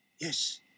Yes